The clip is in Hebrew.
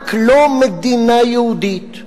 רק לא מדינה יהודית.